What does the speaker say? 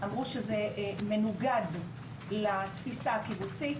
אמרו שזה מנוגד לתפיסה הקיבוצית,